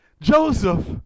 Joseph